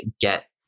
get